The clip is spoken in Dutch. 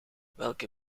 welke